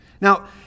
Now